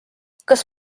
kas